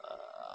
err